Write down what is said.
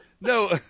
no